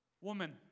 Woman